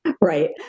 Right